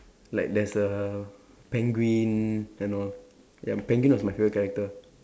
like there's a penguin and all ya penguin was my favourite character